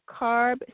carb